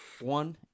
one